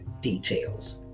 details